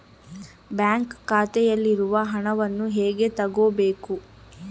Bank ಖಾತೆಯಲ್ಲಿರುವ ಹಣವನ್ನು ಹೇಗೆ ತಗೋಬೇಕು?